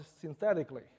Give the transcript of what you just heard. synthetically